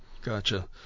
Gotcha